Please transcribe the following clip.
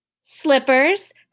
Slippers